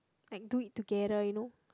like do it together you know